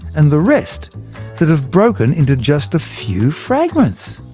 and the rest that have broken into just a few fragments.